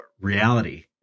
reality